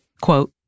quote